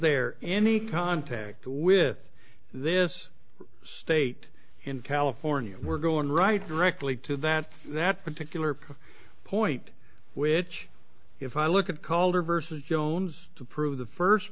there any contact with this state in california we're going right directly to that that particular point which if i look at calder versus jones to prove the first